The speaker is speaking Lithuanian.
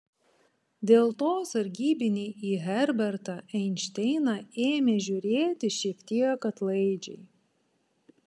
dėl to sargybiniai į herbertą einšteiną ėmė žiūrėti šiek tiek atlaidžiai